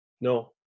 No